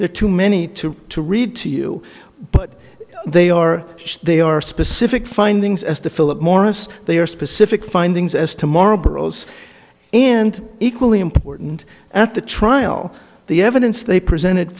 are too many to to read to you but they are they are specific findings as to philip morris they are specific findings as to moral burros and equally important at the trial the evidence they presented